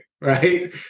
right